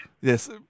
Yes